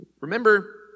Remember